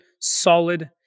Solid